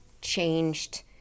changed